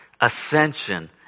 ascension